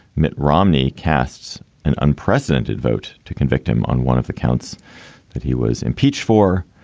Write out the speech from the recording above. mitt romney casts an unprecedented vote to convict him on one of the counts that he was impeached for.